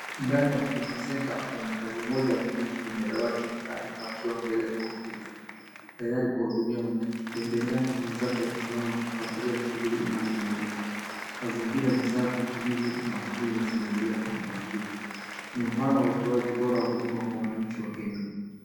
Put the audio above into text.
Ndani ya huduma, senta mfanyikazi mmoja ameketi kwenye dawati na taarifa akiwa mbele ya kompyuta, tayari kuwahudumia wananchi. Pembeni yake wenzake wamesimama wakifuatilia shughuli inayoendelea. Mazingira ni safi na tulivu na huduma zinaendelea kwa mpangilio. Ni mfano wa utoaji bora wa huduma kwa wananchi wa Kenya.